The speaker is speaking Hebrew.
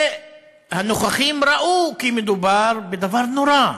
והנוכחים ראו כי מדובר בדבר נורא.